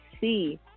see